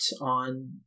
on